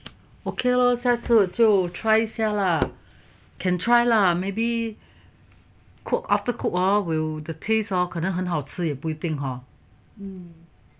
okay lor 下次就 try 一下 lah can try lah maybe cook after cook or will the taste or 可能很好吃也不一定 hor